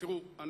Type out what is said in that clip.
קודם כול,